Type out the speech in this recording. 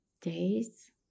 days